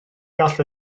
gall